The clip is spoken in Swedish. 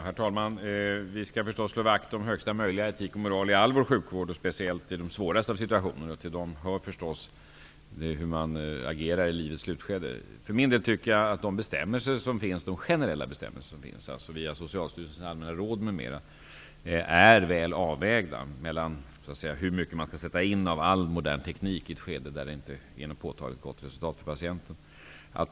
Herr talman! Vi skall förstås slå vakt om högsta möjliga etik och moral i all vår sjukvård, och speciellt i de svåraste av situationer. Till dessa hör naturligtvis hur man agerar i livets slutskede. För min del tycker jag att det i de generella bestämmelser som finns, alltså exempelvis Socialstyrelsens allmänna råd, finns en bra avvägning av hur mycket man skall sätta in av modern teknik i ett skede då det inte ger något påtagligt gott resultat för patienten.